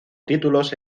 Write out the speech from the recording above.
títulos